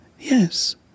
yes